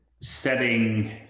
setting